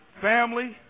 family